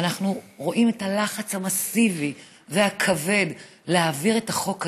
ואנחנו רואים את הלחץ המסיבי והכבד להעביר את החוק הזה,